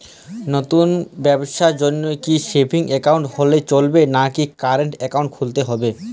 নতুন ব্যবসার জন্যে কি সেভিংস একাউন্ট হলে চলবে নাকি কারেন্ট একাউন্ট খুলতে হবে?